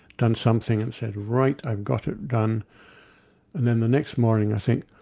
done something and said right, i've got it done and then the next morning i think,